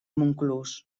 montclús